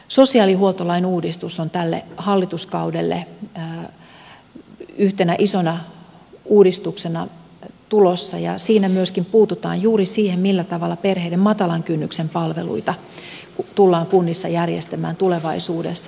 sosiaalihuoltolain uudistus on tälle hallituskaudelle yhtenä isona uudistuksena tulossa ja siinä myöskin puututaan juuri siihen millä tavalla perheiden matalan kynnyksen palveluita tullaan kunnissa järjestämään tulevaisuudessa